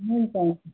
हुन्छ हुन्छ